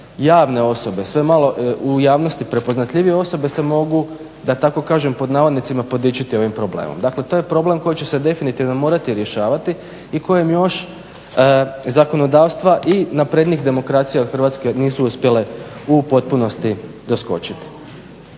javne osobe, sve malo u javnosti prepoznatljivije osobe se mogu da tako kažem pod navodnicima podičiti ovim problemom. Dakle, to je problem koji će se definitivno morati rješavati i kojem još zakonodavstva i naprednijih demokracija od Hrvatske nisu uspjele u potpunosti doskočiti.